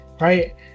Right